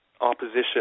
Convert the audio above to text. opposition